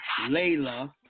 Layla